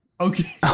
Okay